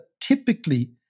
typically